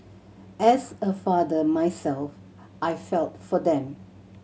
as a father myself I felt for them